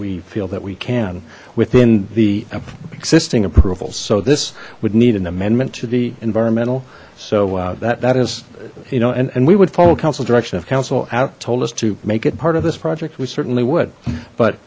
we feel that we can within the existing approvals so this would need an amendment to the environmental so that that is you know and we would follow council direction of council out told us to make it part of this project we certainly would but